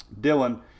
Dylan